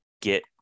get